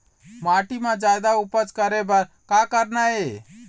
माटी म जादा उपज करे बर का करना ये?